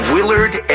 Willard